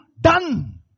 done